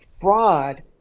fraud